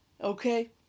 okay